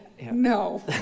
No